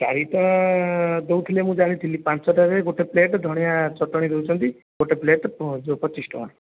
ଚାରିଟା ଦେଉଥିଲେ ମୁଁ ଜାଣିଥିଲି ପାଞ୍ଚଟାରେ ଗୋଟେ ପ୍ଲେଟ୍ ଧଣିଆ ଚଟଣି ଦେଉଛନ୍ତି ଗୋଟେ ପ୍ଲେଟ୍ ଯେଉଁ ପଚିଶ ଟଙ୍କା